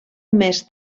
més